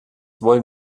wollen